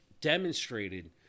demonstrated